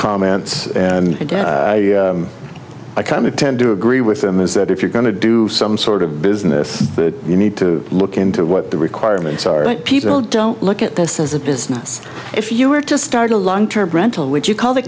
comments and i kind of tend to agree with them is that if you're going to do some sort of business you need to look into what the requirements are and people don't look at this as a business if you were to start a long term rental would you call the